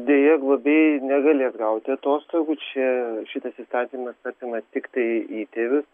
deja globėjai negalės gauti atostogų čia šitas įstatymas apima tiktai įtėvius